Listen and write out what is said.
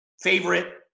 favorite